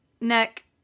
Nick